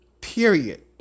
Period